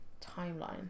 Timeline